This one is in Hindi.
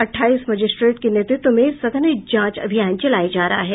अठाईस मजिस्ट्रेट के नेतृत्व में सघन जांच अभियान चलाया जा रहा है